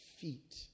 feet